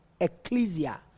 ecclesia